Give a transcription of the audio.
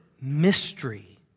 mystery